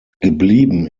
geblieben